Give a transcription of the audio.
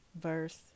verse